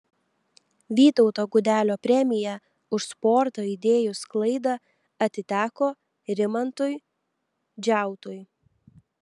vytauto gudelio premija už sporto idėjų sklaidą atiteko rimantui džiautui